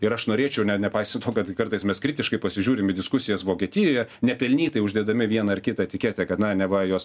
ir aš norėčiau ne nepaisant to kad kartais mes kritiškai pasižiūrim į diskusijas vokietijoje nepelnytai uždėdami vieną ar kitą etiketę kad na neva jos